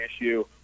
issue